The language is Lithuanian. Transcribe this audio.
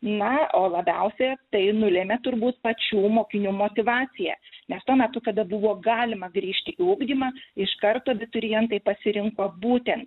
na o labiausia tai nulėmė turbūt pačių mokinių motyvacija nes tuo metu kada buvo galima grįžti į ugdymą iš karto abiturientai pasirinko būten